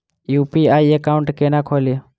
UPI account केना खोलि?